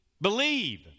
believe